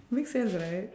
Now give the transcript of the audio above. makes sense right